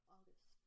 August